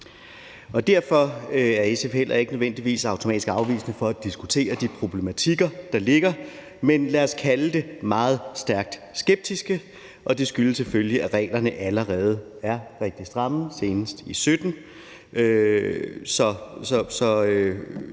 Derfor er SF heller ikke nødvendigvis automatisk afvisende over for at diskutere de problematikker, der ligger, men lad os kalde det stærkt skeptiske. Det skyldes selvfølgelig, at reglerne allerede er rigtig stramme – man strammede